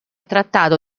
trattato